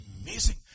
amazing